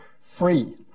free